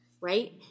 right